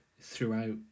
throughout